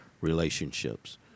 relationships